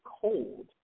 cold